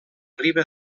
riba